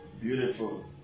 beautiful